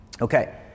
Okay